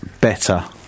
better